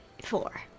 Four